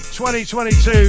2022